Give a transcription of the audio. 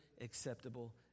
acceptable